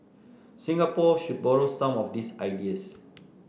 Singapore should borrow some of these ideas